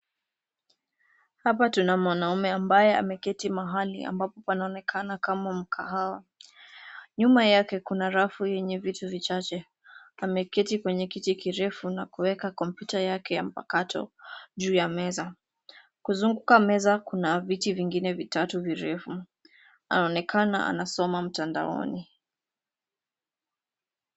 Hapa tuna mwanaume ambaye anaonekana ameketi mahali ambapo panaonekana kama mkahawa , nyuma yake kuna rafu yenye vitu vichache , ameketi kwenye kiti kirefu na kuweka kompyuta yake ya mpakato juu ya meza . Kuzunguka meza kuna viti vingine vitatu virefu . Aonekana anasoma mtandaoni.